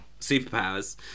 superpowers